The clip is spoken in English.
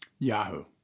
Yahoo